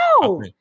no